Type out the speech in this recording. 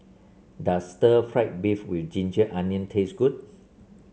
does Stir Fried Beef with ginger onion taste good